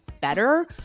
better